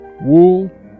Wool